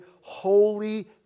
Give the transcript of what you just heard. holy